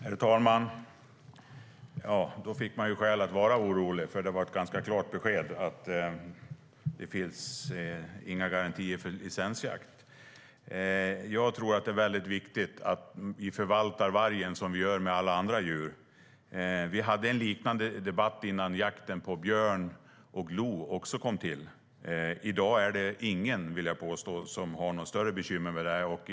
Herr talman! Då fick man skäl att vara orolig. Det var nämligen ett ganska klart besked om att det inte finns några garantier för licensjakt. Jag tror att det är väldigt viktigt att vi förvaltar vargen som vi gör med alla andra djur. Vi hade en liknande debatt också innan jakten på björn och lo kom till, och jag vill påstå att ingen i dag har några större bekymmer med det.